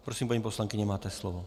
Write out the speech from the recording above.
Prosím, paní poslankyně, máte slovo.